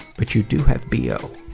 but you do have b. o.